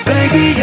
Baby